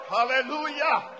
Hallelujah